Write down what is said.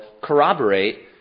corroborate